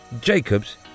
Jacobs